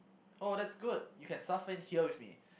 oh that's good you can suffer in here with me